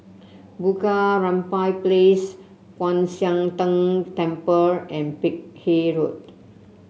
Bunga Rampai Place Kwan Siang Tng Temple and Peck Hay Road